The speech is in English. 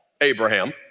Abraham